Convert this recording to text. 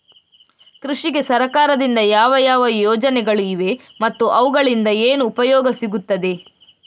ಕೃಷಿಗೆ ಸರಕಾರದಿಂದ ಯಾವ ಯಾವ ಯೋಜನೆಗಳು ಇವೆ ಮತ್ತು ಅವುಗಳಿಂದ ಏನು ಉಪಯೋಗ ಸಿಗುತ್ತದೆ?